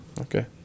okay